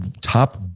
top